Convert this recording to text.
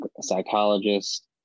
psychologist